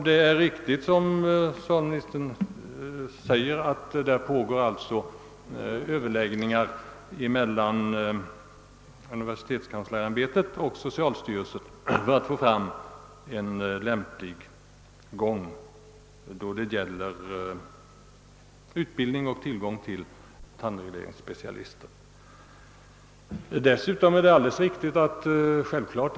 Det är riktigt som socialministern säger, att det pågår överläggningar mellan universitetskanslersämbetet och socialstyrelsen för att få till stånd en lämplig utbildning av tandregleringsspecialister så att tillgången på sådana kan bli bättre.